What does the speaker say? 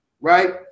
right